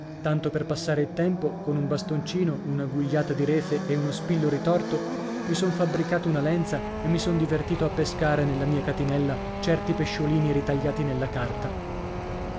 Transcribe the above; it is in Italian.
tanto per passare il tempo con un bastoncino una gugliata di refe e uno spillo ritorto mi son fabbricato una lenza e mi son divertito a pescare nella mia catinella certi pesciolini ritagliati nella carta